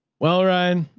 well, ryan,